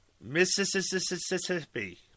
Mississippi